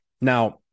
Now